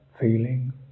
feeling